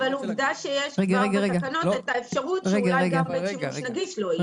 עובדה שיש כבר בתקנות את האפשרות שאולי גם בית שימוש נגיש לא יהיה.